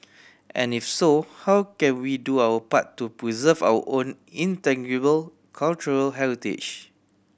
and if so how can we do our part to preserve our own intangible cultural heritage